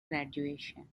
graduation